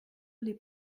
les